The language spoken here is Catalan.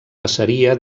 passaria